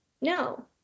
No